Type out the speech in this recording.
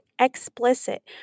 explicit